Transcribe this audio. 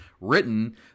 written